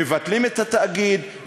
מבטלים את התאגיד,